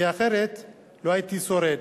כי אחרת לא הייתי שורד.